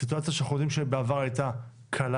סיטואציה שאנחנו יודעים שבעבר הייתה קלה